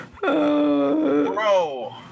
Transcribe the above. Bro